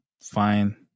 Fine